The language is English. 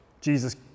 Jesus